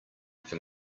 from